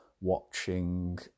watching